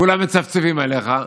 כולם מצפצפים עליך,